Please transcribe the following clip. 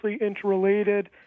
interrelated